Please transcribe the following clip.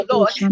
Lord